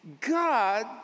God